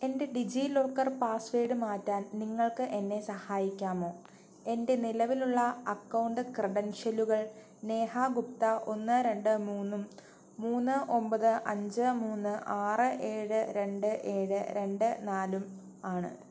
എൻ്റെ DigiLocker password മാറ്റാൻ നിങ്ങൾക്ക് എന്നെ സഹായിക്കാമോ എൻ്റെ നിലവിലുള്ള അക്കൗണ്ട് ക്രെഡൻഷ്യലുകൾ നേഹ ഗുപ്ത ഒന്ന് രണ്ട് മൂന്ന് മൂന്ന് ഒമ്പത് അഞ്ച് മൂന്ന് ആറ് ഏഴ് രണ്ട് ഏഴ് രണ്ട് നാല് ആണ്